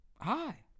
hi